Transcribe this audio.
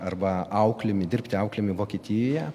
arba auklėmi dirbti auklėmi vokietijoje